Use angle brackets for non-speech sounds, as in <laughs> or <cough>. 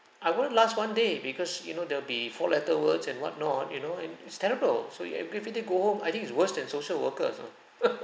I wouldn't last one day because you know they'll be four-letter words and whatnot you know and it's terrible so you everyday go home I think it's worse than social workers ah <laughs>